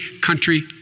country